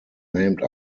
named